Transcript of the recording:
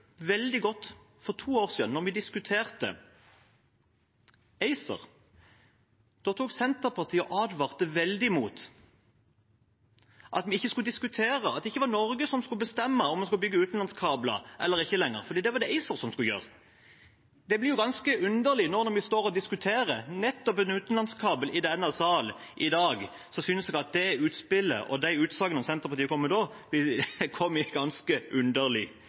veldig godt for to år siden, da vi diskuterte ACER. Da advarte Senterpartiet veldig imot, at vi ikke skulle diskutere det, at det ikke lenger var Norge som skulle bestemme om vi skulle bygge utenlandskabler eller ikke, for det var det ACER som skulle gjøre. Det blir ganske underlig når vi nå står og diskuterer nettopp en utenlandskabel i denne salen i dag. Da synes jeg det utspillet og de utsagnene Senterpartiet kom med da, kommer i et ganske underlig